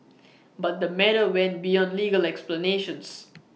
but the matter went beyond legal explanations